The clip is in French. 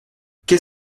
qu’est